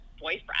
boyfriend